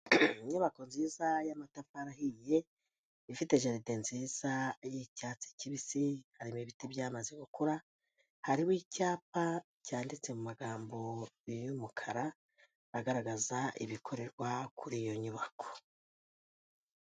Inyubako nziza y'amatafari ahiye, ifite jaride nziza y'icyatsi kibisi, harimo ibiti byamaze gukura hariho icyapa cyanditse mu magambo y'umukara, agaragaza ibikorerwa kuri iyo nyubako.